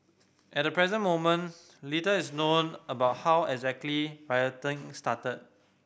at the present moment little is known about how exactly rioting started